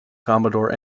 commodore